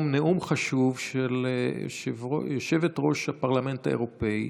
נאום חשוב של יושבת-ראש הפרלמנט האירופי,